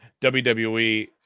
WWE